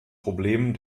problemen